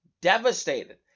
devastated